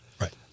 Right